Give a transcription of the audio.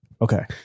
Okay